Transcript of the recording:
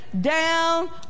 down